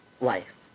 life